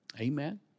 Amen